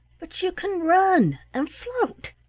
but you can run and float.